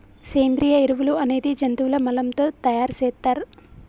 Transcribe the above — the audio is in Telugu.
సేంద్రియ ఎరువులు అనేది జంతువుల మలం తో తయార్ సేత్తర్